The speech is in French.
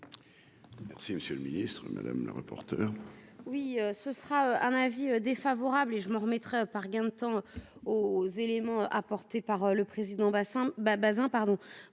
Si Monsieur le Ministre, madame la rapporteure. Oui, ce sera un avis défavorable et je m'en remettrai par gain de temps aux éléments apportés par le président bassin